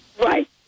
Right